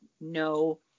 no